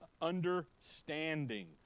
understanding